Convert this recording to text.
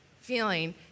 feeling